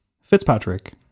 fitzpatrick